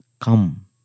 come